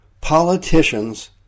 politicians